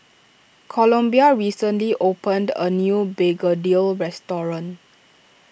Columbia recently opened a new Begedil restaurant